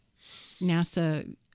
NASA